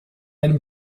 einem